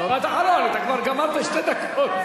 משפט אחרון, אתה כבר גמרת שתי דקות.